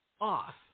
off